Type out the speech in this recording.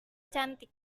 cantik